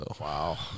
Wow